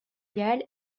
gall